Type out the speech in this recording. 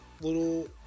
little